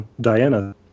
Diana